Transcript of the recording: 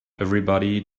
everybody